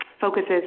focuses